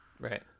Right